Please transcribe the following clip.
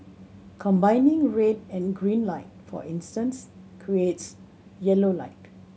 combining red and green light for instance creates yellow light